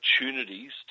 opportunities